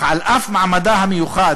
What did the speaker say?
אך על אף מעמדה המיוחד,